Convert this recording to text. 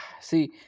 see